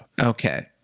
okay